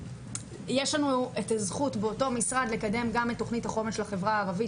יש לנו את הזכות באותו משרד גם לקדם את תכנית החומש לחברה הערבית,